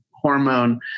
hormone